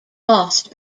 lost